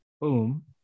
Boom